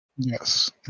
Yes